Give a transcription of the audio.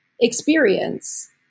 experience